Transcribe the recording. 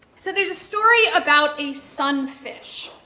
so there's a story about a sunfish,